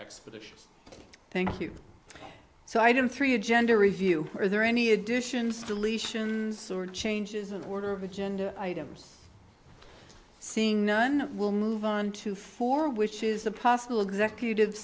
expeditious thank you so item three agenda review are there any additions deletions or changes in the order of agenda items seeing none will move on to four which is a possible executive